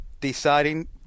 deciding